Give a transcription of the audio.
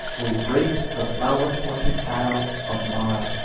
will break the flower-pointed arrow of mara,